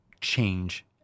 change